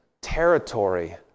territory